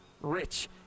Rich